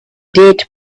date